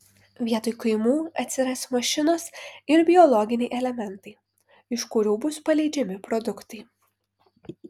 vietoj kaimų atsiras mašinos ir biologiniai elementai iš kurių bus paleidžiami produktai